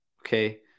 okay